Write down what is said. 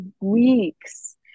weeks